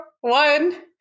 one